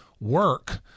work